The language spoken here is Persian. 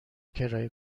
کرایه